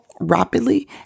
rapidly